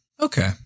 Okay